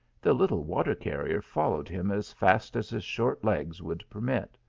the little water carrier followed him as fast as his short legs would permit.